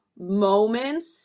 moments